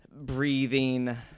breathing